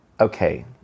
okay